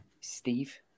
Steve